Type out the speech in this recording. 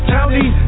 County